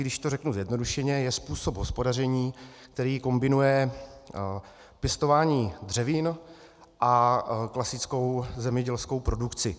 Když to řeknu zjednodušeně, je to způsob hospodaření, který kombinuje pěstování dřevin a klasickou zemědělskou produkci.